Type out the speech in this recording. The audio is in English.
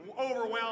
overwhelmed